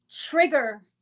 trigger